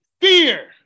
Fear